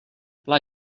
pla